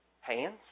hands